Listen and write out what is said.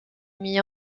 mis